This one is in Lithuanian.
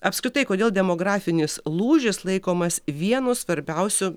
apskritai kodėl demografinis lūžis laikomas vienu svarbiausių